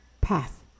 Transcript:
path